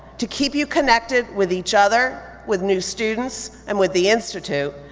to keep you connected with each other, with new students, and with the institute,